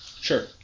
Sure